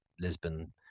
lisbon